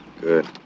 Good